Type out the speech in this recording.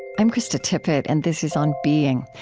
i'm krista tippett, and this is on being.